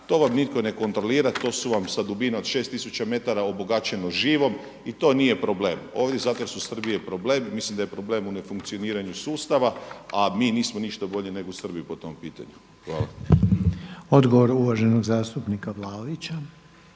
To vam nitko ne kontrolira, to su vam sa dubine od šeste tisuća metara obogaćeno živom i to nije problem. Ovdje zato jer su iz Srbije problem mislim da je problem u nefunkcioniranju sustava, a mi nismo ništa bolji nego Srbi po tom pitanju. Hvala. **Reiner, Željko (HDZ)** Odgovor uvaženog zastupnika Vlaovića.